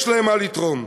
יש להם מה לתרום.